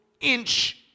inch